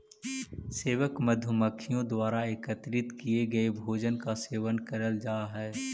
सेवक मधुमक्खियों द्वारा एकत्रित किए गए भोजन का सेवन करल जा हई